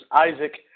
Isaac